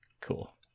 Cool